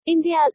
India's